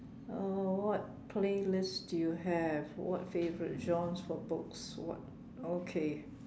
uh what playlist do you have what favourite genres for books what okay